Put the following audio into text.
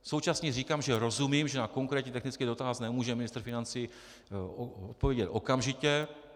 Současně říkám, že rozumím, že na konkrétní technický dotaz nemůže ministr financí odpovědět okamžitě.